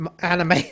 anime